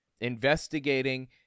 investigating